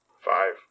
Five